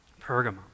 Pergamum